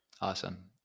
Awesome